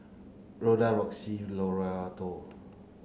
Roxie Loretto